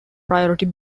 priority